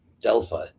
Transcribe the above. Delphi